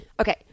Okay